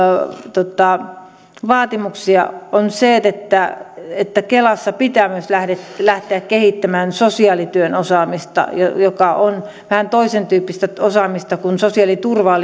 vaatimuksia on se että että kelassa pitää myös lähteä kehittämään sosiaalityön osaamista joka on vähän toisentyyppistä osaamista kuin sosiaaliturvaan